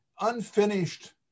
unfinished